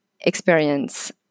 experience